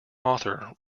author